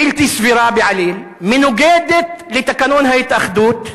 בלתי סבירה בעליל, ומנוגדת לתקנון ההתאחדות.